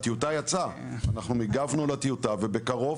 הטיוטה יצאה, אנחנו הגבנו לטיוטה ובקרוב